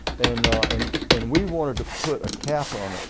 and and and we wanted to put a cap on it.